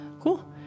cool